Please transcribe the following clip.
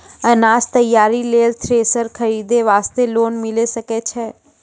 अनाज तैयारी लेल थ्रेसर खरीदे वास्ते लोन मिले सकय छै?